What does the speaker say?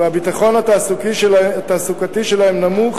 והביטחון התעסוקתי שלהם נמוך